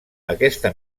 aquesta